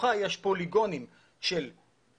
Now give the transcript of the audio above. בתוכה יש פוליגונים של חצץ,